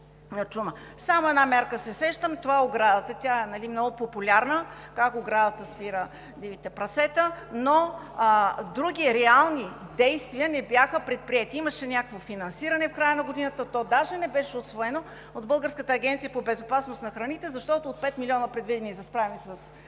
Само за една мярка се сещам – оградата. Много е популярна – как спира дивите прасета, но други реални действия не бяха предприети. Имаше някакво финансиране в края на годината, което даже не беше усвоено от Българската агенция по безопасност на храните, защото от пет милиона, предвидени за справяне с